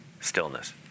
stillness